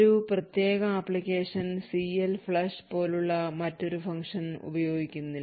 ഒരു സാധാരണ application CLFLUSH പോലുള്ള ഒരു ഫംഗ്ഷൻ ഉപയോഗിക്കുന്നില്ല